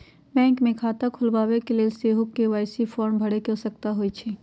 bank मे खता खोलबाबेके लेल सेहो के.वाई.सी फॉर्म भरे के आवश्यकता होइ छै